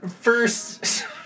First